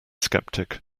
sceptic